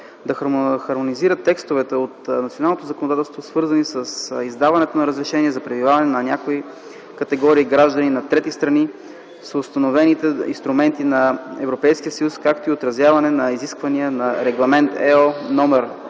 да хармонизира текстове от националното законодателство, свързани с издаването на разрешения за пребиваване на някои категории граждани на трети страни с установените инструменти на ЕС, както и отразяване на изисквания на Регламент /ЕО/